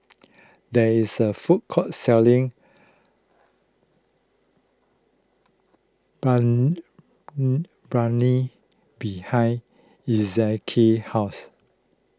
there is a food court selling behind Ezekiel's house